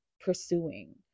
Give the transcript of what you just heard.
pursuing